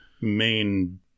main